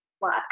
work